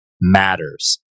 matters